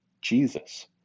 Jesus